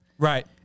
Right